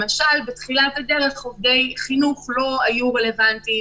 למשל, בתחילת הדרך עובדי חינוך לא היו רלוונטיים